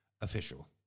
Official